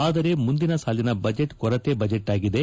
ಆದರೆ ಮುಂದಿನ ಸಾಲಿನ ಬಜೆಟ್ ಕೊರತೆ ಬಜೆಟ್ಆಗಿದೆ